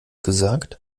gesagt